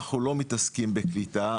אנחנו לא מתעסקים בקליטה,